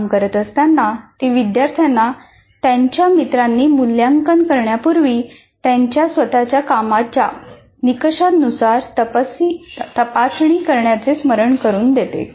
ते काम करत असताना ती विद्यार्थ्यांना त्यांच्या मित्रांनी मूल्यांकन करण्यापूर्वी त्यांच्या स्वतच्या कामाच्या निकषांनुसार तपासणी करण्याचे स्मरण करून देते